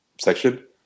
section